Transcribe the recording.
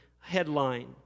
headline